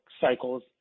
cycles